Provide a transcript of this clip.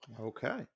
okay